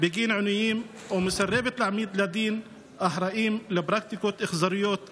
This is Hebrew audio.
בגין עינויים ומסרבת להעמיד לדין אחראים לפרקטיקות אכזריות אלה.